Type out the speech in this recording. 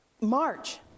March